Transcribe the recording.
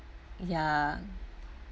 ya